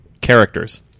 characters